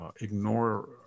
ignore